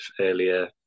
earlier